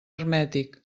hermètic